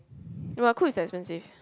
ya but Coop is expensive